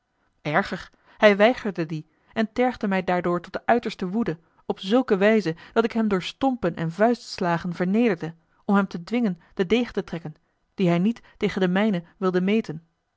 erger hij weigerde die en tergde mij daardoor tot de uiterste woede op zulke wijze dat ik hem door stompen en vuistslagen vernederde om hem te dwingen den degen te trekken dien hij niet tegen den mijnen wilde meten